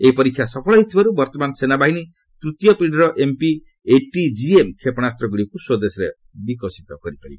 ଏହି ପରୀକ୍ଷା ସଫଳ ହୋଇଥିବାରୁ ବର୍ତ୍ତମାନ ସେନାବାହିନୀ ତୃତୀୟ ପିଢ଼ିର ଏମ୍ପିଏଟିଜିଏମ୍ କ୍ଷେପଣାସ୍ତଗୁଡ଼ିକୁ ସ୍ୱଦେଶରେ ବିକଶିତ କରିପାରିବ